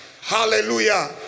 Hallelujah